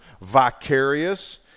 vicarious